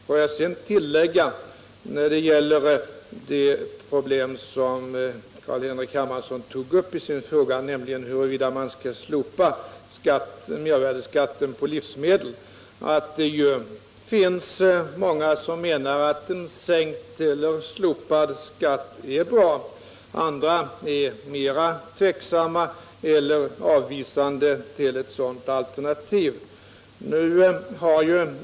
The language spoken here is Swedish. Får jag sedan när det gäller det problem som Carl-Henrik Hermansson tog upp i sin fråga, nämligen huruvida regeringen ämnar slopa mervärdeskatten på livsmedel, tillägga att det ju finns många som menar att en sänkning eller ett slopande av mervärdeskatten skulle vara bra, medan andra är mera tveksamma eller avvisande till ett sådant alternativ.